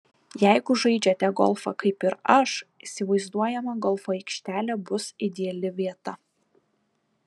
jeigu žaidžiate golfą kaip ir aš įsivaizduojama golfo aikštelė bus ideali vieta